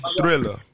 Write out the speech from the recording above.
thriller